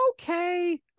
okay